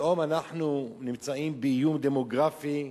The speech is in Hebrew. ופתאום אנחנו נמצאים באיום דמוגרפי,